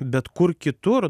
bet kur kitur